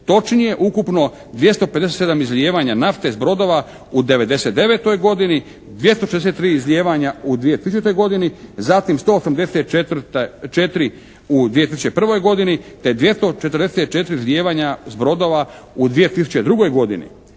točnije ukupno 257 izlijevanja nafte s brodova u '99. godini, 263 izlijevanja u 2000. godini, zatim 184 u 2001. godini te 244 izlijevanja s brodova u 2002. godini.